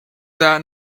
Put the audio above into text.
that